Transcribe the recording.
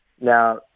now